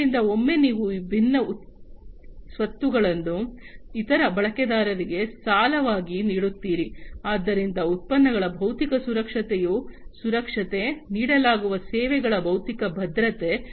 ಆದ್ದರಿಂದ ಒಮ್ಮೆ ನೀವು ಈ ವಿಭಿನ್ನ ಸ್ವತ್ತುಗಳನ್ನು ಇತರ ಬಳಕೆದಾರರಿಗೆ ಸಾಲವಾಗಿ ನೀಡುತ್ತೀರಿ ಆದ್ದರಿಂದ ಉತ್ಪನ್ನಗಳ ಭೌತಿಕ ಸುರಕ್ಷತೆಯ ಸುರಕ್ಷತೆ ನೀಡಲಾಗುವ ಸೇವೆಗಳ ಭೌತಿಕ ಭದ್ರತೆ